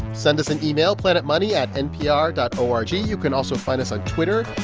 send us an email planetmoney at npr dot o r g. you can also find us on twitter,